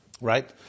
right